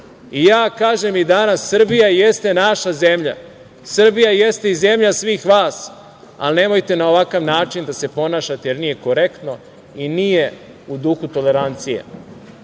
kažem i danas, Srbija jeste naša zemlja. Srbija jeste i zemlja svih vas, ali nemojte na ovakav način da se ponašate, jer nije korektno i nije u duhu tolerancije. Danas